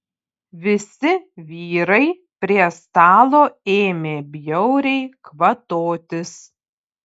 visi vyrai prie stalo ėmė bjauriai kvatotis